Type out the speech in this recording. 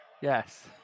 Yes